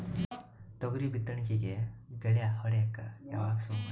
ತೊಗರಿ ಬಿತ್ತಣಿಕಿಗಿ ಗಳ್ಯಾ ಹೋಡಿಲಕ್ಕ ಯಾವಾಗ ಸುರು ಮಾಡತೀರಿ?